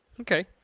Okay